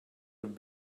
would